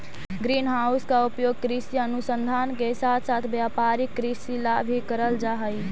green house का उपयोग कृषि अनुसंधान के साथ साथ व्यापारिक कृषि ला भी करल जा हई